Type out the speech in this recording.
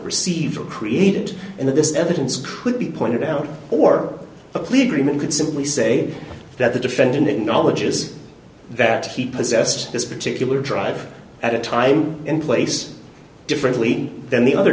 received or created and that this evidence could be pointed out or a plea agreement could simply say that the defendant had knowledge is that he possessed this particular driver at a time and place differently than the other